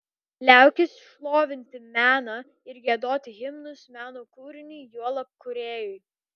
liaukis šlovinti meną ir giedoti himnus meno kūriniui juolab kūrėjui